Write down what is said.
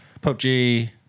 PUBG